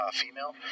female